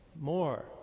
more